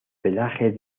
pelaje